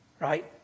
right